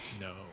No